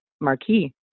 Marquee